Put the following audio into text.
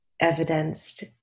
evidenced